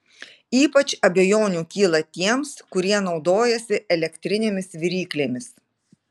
ypač abejonių kyla tiems kurie naudojasi elektrinėmis viryklėmis